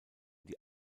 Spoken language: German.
die